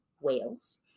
Wales